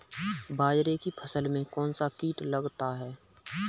बाजरे की फसल में कौन सा कीट लगता है?